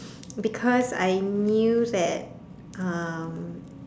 because I knew that um